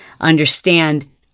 understand